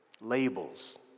Labels